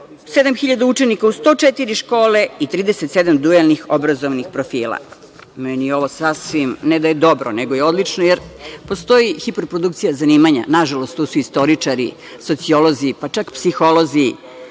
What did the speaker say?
7.000 učenika u 104 škole i 37 dualnih obrazovnih profila. Meni je ovo sasvim, ne da je dobro, nego je odlično, jer postoji hiper produkcija zanimanja. Nažalost, tu su istoričari, sociolozi, pa čak i psiholozi,